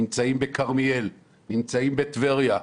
נמצאים בכרמיאל, נמצאים בטבריה,